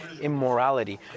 immorality